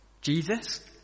Jesus